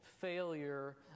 failure